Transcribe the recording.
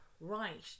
right